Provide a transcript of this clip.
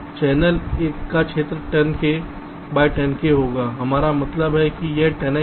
channel का क्षेत्र 10 k by 10 k होगा हमारा मतलब है कि यह 10 X है